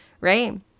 right